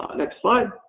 ah next slide.